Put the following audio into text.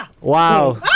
Wow